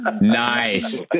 Nice